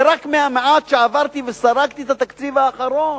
ורק מהמעט שעברתי וסרקתי את התקציב האחרון,